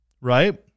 right